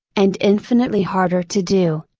and infinitely harder to do,